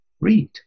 Read